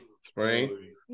Spring